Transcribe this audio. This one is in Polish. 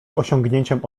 osiągnięciem